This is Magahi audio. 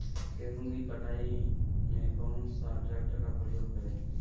गेंहू की कटाई में कौन सा ट्रैक्टर का प्रयोग करें?